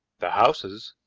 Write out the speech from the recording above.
the houses,